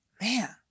Man